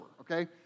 okay